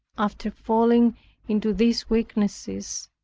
after falling into these weaknesses,